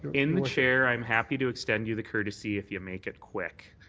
in the chair, i'm happy to extend you the courtesy if you make it quick.